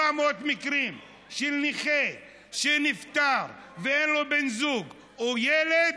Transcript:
400 המקרים של נכה שנפטר ואין לו בן זוג או ילד,